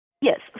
Yes